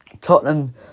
Tottenham